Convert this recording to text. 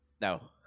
No